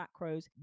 macros